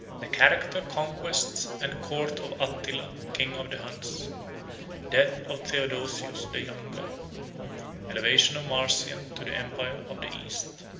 the character, conquests, and court of attila, king of the huns death of theodosius the younger elevation of marcian to the empire of the east.